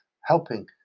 helping